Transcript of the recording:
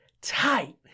tight